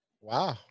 wow